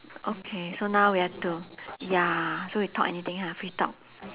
okay so now we have to ya so we talk anything ha free talk